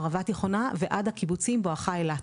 ערבה תיכונה ועד הקיבוצים בואכה אילת.